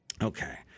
Okay